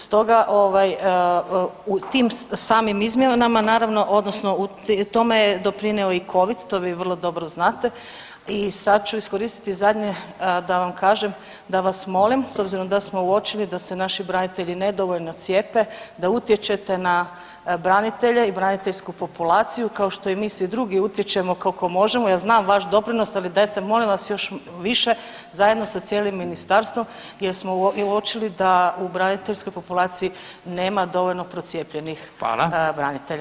Stoga, u tim samim izmjenama naravno odnosno u tome je doprinio i COVID, to vi vrlo dobro znate i sad ću iskoristiti zadnje da vam kažem da vas molim, s obzirom da smo uočili da se naši branitelji nedovoljno cijepe, da utječete na branitelje i braniteljsku populaciju kao što i mi svi drugi utječemo koliko možemo, ja znam vaš doprinos ali dajte molim vas još više zajedno sa cijelim ministarstvom jer smo uočili da u braniteljskoj populaciji nema dovoljno procijepljenih branitelja.